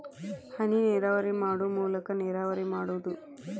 ಹನಿನೇರಾವರಿ ಮಾಡು ಮೂಲಾಕಾ ನೇರಾವರಿ ಮಾಡುದು